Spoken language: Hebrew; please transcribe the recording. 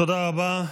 תודה רבה.